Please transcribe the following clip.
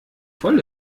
voll